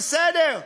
בסדר,